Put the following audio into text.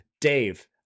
dave